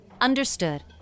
Understood